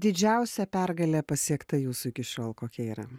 didžiausia pergalė pasiekta jūsų iki šiol kokia yra